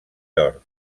york